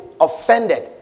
offended